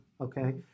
Okay